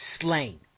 slain